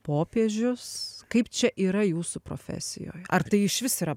popiežius kaip čia yra jūsų profesijoje ar tai išvis yra